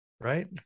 Right